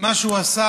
מה שהוא עשה,